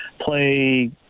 play